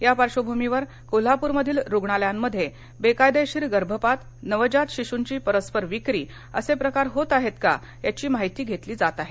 या पार्श्वभूमीवर कोल्हाप्रस्मधील रुग्णालयांमध्ये बेकायदेशीर गर्भपात नवजात शिशूंची परस्पर विक्री असे प्रकार होत आहेत का याची माहिती घेतली जात आहे